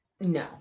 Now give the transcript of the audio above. No